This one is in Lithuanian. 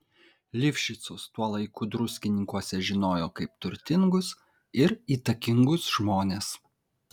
lifšicus tuo laiku druskininkuose žinojo kaip turtingus ir įtakingus žmones